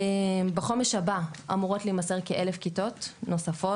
בחומש הבא אמורות להימסר כ-1000 כיתות נוספות,